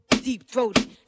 Deep-throated